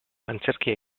antzerkia